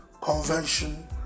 convention